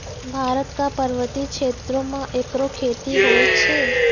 भारत क पर्वतीय क्षेत्रो म एकरो खेती होय छै